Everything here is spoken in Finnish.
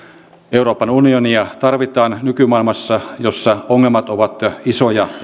euroopan unionia tarvitaan nykymaailmassa jossa ongelmat ovat isoja